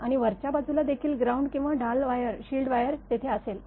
आणि वरच्या बाजूला देखील ग्राउंड किंवा ढाल वायर तेथे असेल